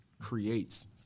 creates